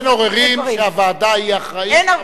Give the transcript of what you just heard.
אין עוררין שהוועדה היא האחראית,